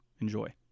Enjoy